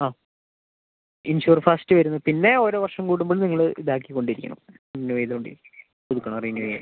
ആ insure first വരുന്നത് പിന്നെ ഓരോ വർഷം കൂടുമ്പോൾ നിങ്ങൾ ഇത് ആക്കിക്കൊണ്ട് ഇരിക്കണം റിന്യൂ ചെയ്തുകൊണ്ട് ഇരിക്കണം പുതുക്കണം റിന്യൂ യ്